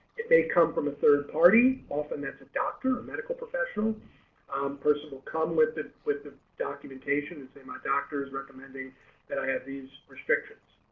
if they come from a third party often that's a doctor or medical professional person will come with it with the documentation and say my doctor is recommending that i have these restrictions.